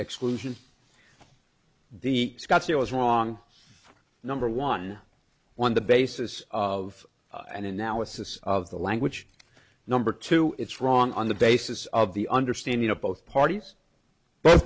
exclusion the scotts here was wrong number one one the basis of an analysis of the language number two it's wrong on the basis of the understanding of both parties both